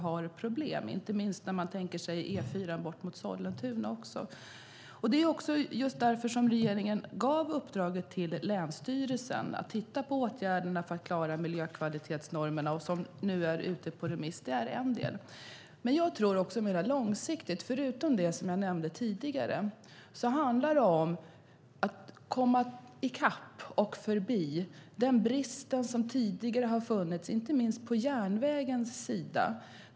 Det gäller inte minst E4 bort mot Sollentuna. Det är just därför regeringen har gett uppdraget till länsstyrelsen att titta på åtgärderna för att klara miljökvalitetsnormerna. Detta är nu ute på remiss. Det är en del av det hela. Jag tror att man också måste göra mer långsiktigt. Förutom det som jag nämnde tidigare handlar det om att komma i kapp och förbi den brist som tidigare har funnits inte minst på järnvägens sida.